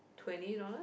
twenty dollars